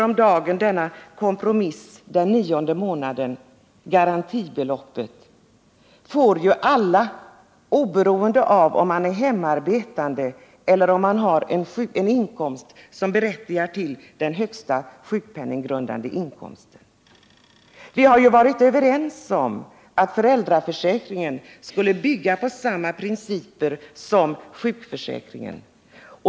om dagen — denna kompromiss beträffande den nionde månaden -— får ju alla, oberoende av om man är hemarbetande eller om man har en inkomst som berättigar till den högsta sjukpenninggrundande inkomsten. Vi har varit överens om att föräldraförsäkringen skall bygga på samma principer som sjukförsäkringen.